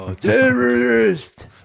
Terrorist